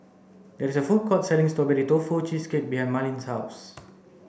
it is a food court selling strawberry tofu cheesecake behind Marleen's house